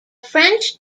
french